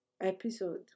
episode